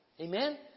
Amen